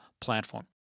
platform